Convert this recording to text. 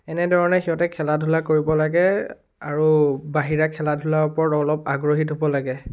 এনেধৰণে সিহঁতে খেলা ধূলা কৰিব লাগে আৰু বাহিৰা খেলা ধূলাৰ ওপৰত অলপ আগ্ৰহী হ'ব লাগে